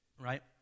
right